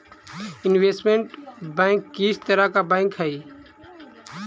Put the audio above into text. investment bank किस तरह का बैंक हई